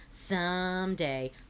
someday